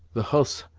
the hughs!